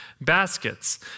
baskets